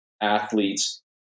athletes